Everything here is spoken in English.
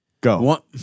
Go